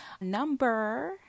number